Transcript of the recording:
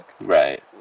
Right